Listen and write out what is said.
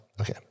Okay